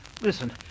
Listen